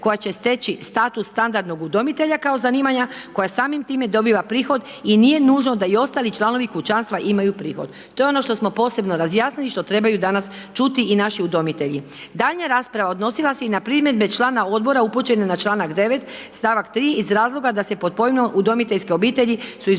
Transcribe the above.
koja će steći status standardnog udomitelja kao zanimanja, koja samim time dobiva prihod i nije nužno da i ostali članovi kućanstva imaju prihod. To je ono što smo posebno razjasnili što trebaju danas čuti i naši udomitelji. Daljnja rasprava odnosila se i na primjedbe člana odbora upućene na članak 9. stavak 3. iz razloga da se pod pojmom udomiteljske obitelji su izostavljeni